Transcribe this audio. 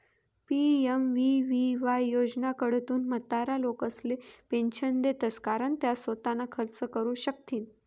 PMVVY योजनाकडथून म्हातारा लोकेसले पेंशन देतंस कारण त्या सोताना खर्च करू शकथीन